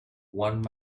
one